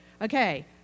Okay